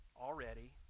already